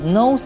no